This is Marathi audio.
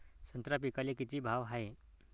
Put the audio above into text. संत्रा पिकाले किती भाव हाये?